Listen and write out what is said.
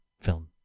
film